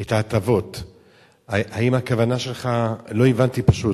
את ההטבות, האם הכוונה שלך, לא הבנתי פשוט.